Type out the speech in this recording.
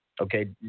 okay